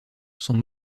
son